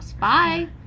bye